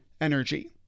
energy